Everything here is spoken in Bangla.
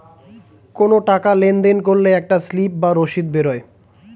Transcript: কোনো টাকা লেনদেন করলে একটা স্লিপ বা রসিদ বেরোয়